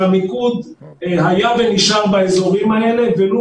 שהמיקוד היה ונשאר באזורים האלה ולו